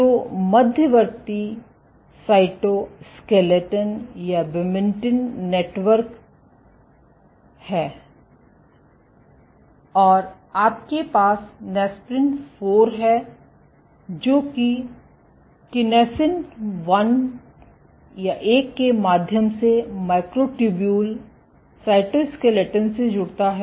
जो मध्यवर्ती साइटोस्केलेटन या विमिंतिन नेटवर्क है और आपके पास नेस्परीन 4 है जो किनेसिन 1 के माध्यम से माइक्रोट्यूब्यूल साइटोस्केलेटन से जुड़ता है